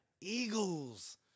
Eagles